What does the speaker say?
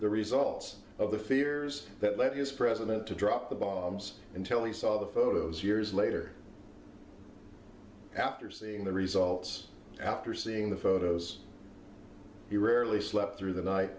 the results of the fears that let us president to drop the bombs until he saw the photos years later after seeing the results after seeing the photos he rarely slept through the night